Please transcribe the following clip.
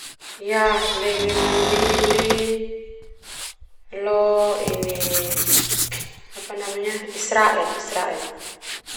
Yah lebih memilih lo ini Israel.